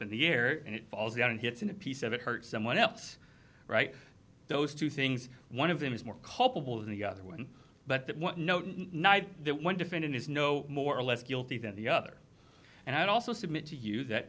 in the air and it falls on hits in a piece of it hurt someone else right those two things one of them is more culpable than the other one but that one night that one defendant is no more or less guilty than the other and i'd also submit to you that